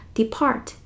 depart